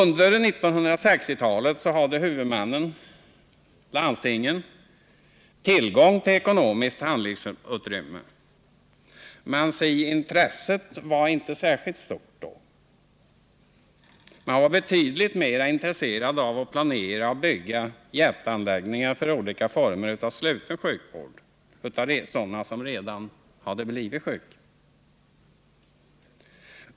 Under 1960-talet hade huvudmännen, landstingen, tillgång till ekonomiskt handlingsutrymme, men si intresset var inte särskilt stort då. Man var betydligt mer intresserad av att planera och bygga jätteanläggningar för olika former av sluten sjukvård för sådana som redan blivit sjuka.